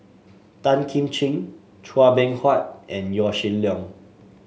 Tan Kim Ching Chua Beng Huat and Yaw Shin Leong